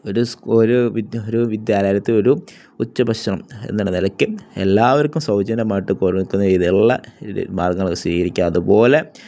ഒരു വിദ്യാലയത്തില് ഒരു ഉച്ചഭക്ഷണം എന്നുള്ള നിലയ്ക്ക് എല്ലാവർക്കും സൗജന്യമായിട്ട് കൊടുക്കുന്ന രീതിയിലുള്ള മാർഗ്ഗങ്ങൾ സ്വീകരിക്കുക അതുപോലെ